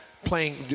playing